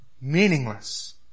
meaningless